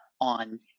on